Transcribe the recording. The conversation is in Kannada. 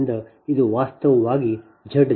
ಆದ್ದರಿಂದ ಇದು ವಾಸ್ತವವಾಗಿ ZBUSNEW